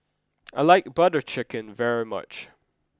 I like Butter Chicken very much